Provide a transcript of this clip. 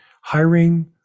hiring